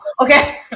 okay